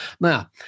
Now